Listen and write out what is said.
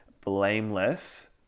blameless